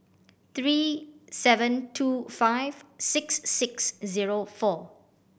three seven two five six six zero four